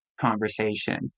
conversation